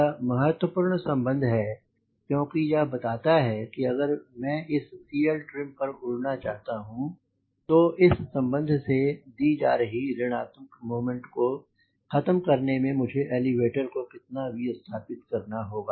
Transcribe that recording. यह महत्वपूर्ण सम्बन्ध है क्योंकि यह बताता है कि अगर मैं इस CLtrim पर उड़ना चाहता हूँ तो इस सम्बन्ध से दी जा रही ऋणात्मक मोमेंट को ख़तम करने में मुझे एलीवेटर को कितना विस्थापित करना होगा